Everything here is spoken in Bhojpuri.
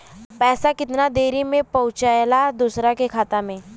पैसा कितना देरी मे पहुंचयला दोसरा के खाता मे?